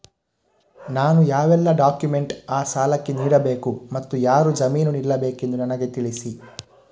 ನಾನು ಯಾವೆಲ್ಲ ಡಾಕ್ಯುಮೆಂಟ್ ಆ ಸಾಲಕ್ಕೆ ನೀಡಬೇಕು ಮತ್ತು ಯಾರು ಜಾಮೀನು ನಿಲ್ಲಬೇಕೆಂದು ನನಗೆ ತಿಳಿಸಿ?